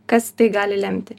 kas tai gali lemti